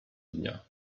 dnia